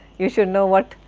you should know what,